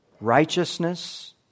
Righteousness